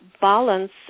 balance